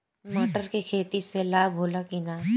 मटर के खेती से लाभ होला कि न?